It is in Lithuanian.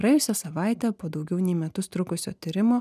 praėjusią savaitę po daugiau nei metus trukusio tyrimo